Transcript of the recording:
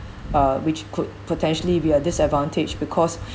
uh which could potentially be a disadvantage because